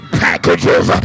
packages